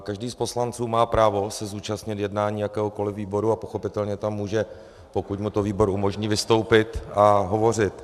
Každý z poslanců má právo se zúčastnit jednání jakéhokoliv výboru a pochopitelně tam může, pokud mu to výbor umožní, vystoupit a hovořit.